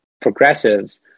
progressives